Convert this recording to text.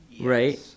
right